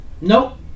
nope